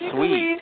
Sweet